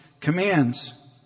commands